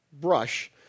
brush